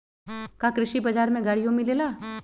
का कृषि बजार में गड़ियो मिलेला?